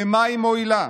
למה היא מועילה?